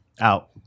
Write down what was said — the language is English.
out